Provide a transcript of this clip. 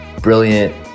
brilliant